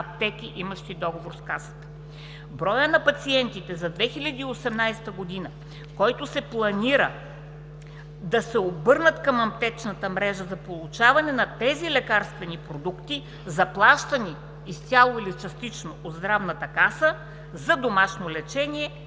аптеки, имащи договор с НЗОК. Броят на пациентите за 2018 г., които се планира да се обърнат към аптечната мрежа за получаване на тези лекарствени продукти, заплащани напълно или частично от НЗОК за домашно лечение,